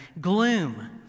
Gloom